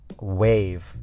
wave